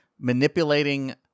manipulating